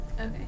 Okay